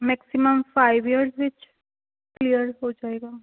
maximum five years ਵਿੱਚ clear ਹੋ ਜਾਏਗਾ